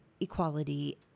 equality